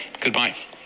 Goodbye